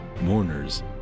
Mourners